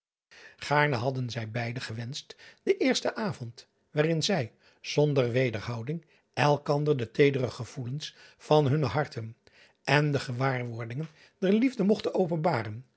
aarne hadden zij beide gewenscht den eersten avond waarin zij zonder wederhouding elkander de teedere gevoelens van hunne harten en de gewaarwordingen der liefde mogten openbaren